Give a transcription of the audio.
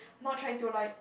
not trying to like